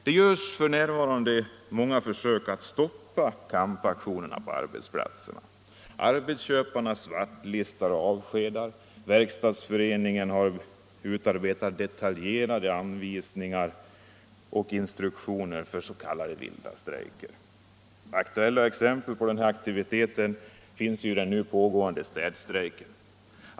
Det görs f. n. många försök att stoppa kampaktioner på arbetsplatserna. Arbetsköparna svartlistar och avskedar. Versktadsföreningen har utarbetat detaljerade instruktioner vid s.k. vilda strejker. Aktuella exempel på denna aktivitet finns i de nu pågående städstrejkerna.